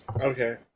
Okay